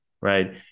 right